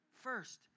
first